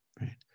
right